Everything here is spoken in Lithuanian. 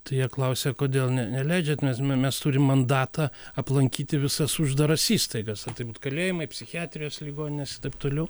tai jie klausia kodėl ne neleidžiat nes me mes turim mandatą aplankyti visas uždaras įstaigas ar tai būt kalėjimai psichiatrijos ligoninės ir taip toliau